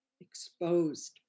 exposed